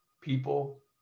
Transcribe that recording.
people